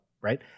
right